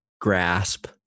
grasp